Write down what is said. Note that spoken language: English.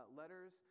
letters